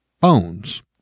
bones